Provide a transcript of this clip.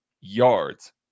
yards